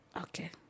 Okay